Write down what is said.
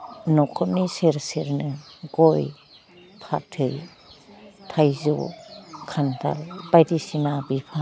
नख'दनि सेर सेरनो गइ फाथै थाइजौ खान्थाल बायदिसिना बिफां